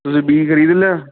ਤੁਸੀਂ ਬੀਜ ਖਰੀਦ ਲਿਆ